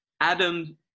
Adam